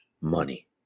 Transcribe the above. money